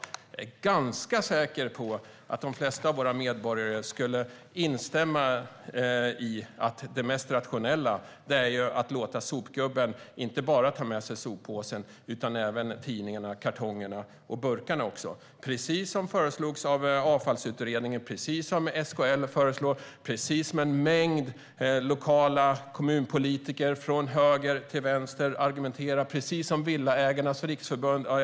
Jag är ganska säker på att de flesta av våra medborgare skulle instämma i att det mest rationella vore att låta sopgubben ta med sig inte bara soppåsen utan även tidningarna, kartongerna och burkarna, precis som Avfallsutredningen och SKL föreslår, precis som en mängd lokala kommunpolitiker från höger till vänster argumenterar för och precis som Villaägarnas Riksförbund vill.